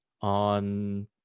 on